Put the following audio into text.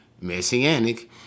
Messianic